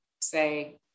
say